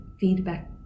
feedback